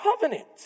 covenant